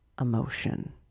emotion